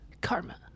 Karma